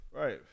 Right